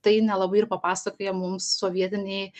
tai nelabai ir papasakoja mums sovietiniai